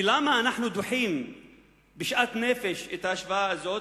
ולמה אנחנו דוחים בשאט-נפש את ההשוואה הזאת?